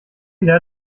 wieder